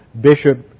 Bishop